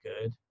good